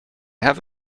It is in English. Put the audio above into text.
have